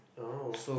oh